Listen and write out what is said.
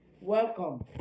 Welcome